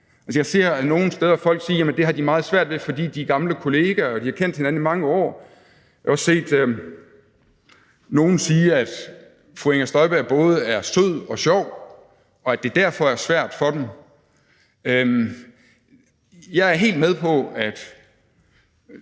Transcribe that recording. Jeg ser nogle steder folk sige, at det har de meget svært ved, fordi de er gamle kollegaer og har kendt hinanden i mange år. Jeg har også set nogle sige, at fru Inger Støjberg både er sød og sjov, og at det derfor er svært for dem. Kl. 13:43 Jeg er helt med på, at